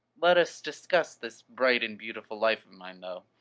let us discuss this bright and beautiful life of mine, though.